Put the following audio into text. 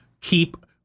keep